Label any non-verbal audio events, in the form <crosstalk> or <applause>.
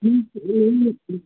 please <unintelligible>